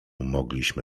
mogliśmy